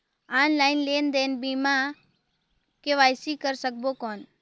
Online लेनदेन बिना KYC कर सकबो कौन??